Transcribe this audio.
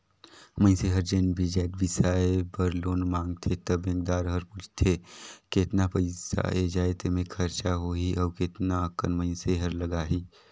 मइनसे हर जेन भी जाएत बिसाए बर लोन मांगथे त बेंकदार हर पूछथे केतना पइसा ए जाएत में खरचा होही अउ केतना अकन मइनसे हर लगाही